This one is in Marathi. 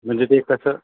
म्हणजे ते कसं